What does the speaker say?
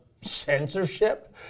censorship